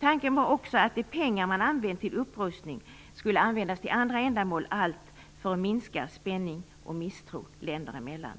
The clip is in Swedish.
Tanken var också att de pengar man använt till upprustning skulle användas till andra ändamål, allt för att minska spänning och misstro länderna emellan.